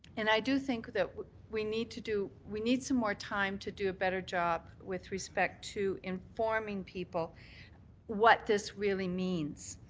and i do think that we need to do we need some more time to do a better job with respect to informing people what this really means.